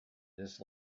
this